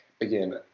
again